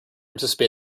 participate